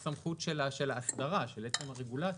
זו ממש סמכות של ההסדרה, של עצם הרגולציה.